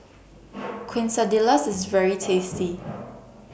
Quesadillas IS very tasty